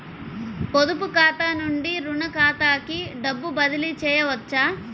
పొదుపు ఖాతా నుండీ, రుణ ఖాతాకి డబ్బు బదిలీ చేయవచ్చా?